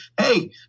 hey